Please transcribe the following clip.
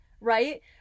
right